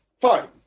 fine